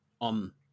on